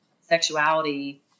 sexuality